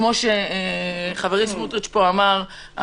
כמו שחברי סמוטריץ' אמר,